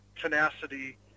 tenacity